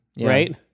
right